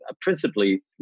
principally